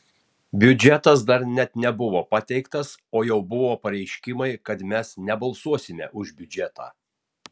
biudžetas dar net nebuvo pateiktas o jau buvo pareiškimai kad mes nebalsuosime už biudžetą